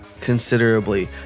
considerably